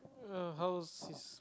uh how was his